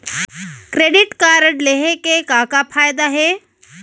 Credit card लेहे के का का फायदा हे?